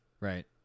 Right